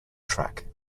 track